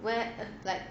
where a like